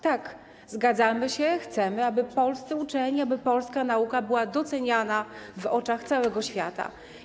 Tak, zgadzamy się, chcemy, aby polscy uczeni, aby polska nauka była doceniana w oczach całego świata.